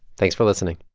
thanks for listening